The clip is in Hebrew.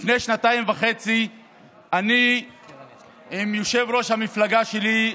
לפני שנתיים וחצי אני ויושב-ראש המפלגה שלי,